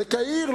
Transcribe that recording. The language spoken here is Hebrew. בקהיר.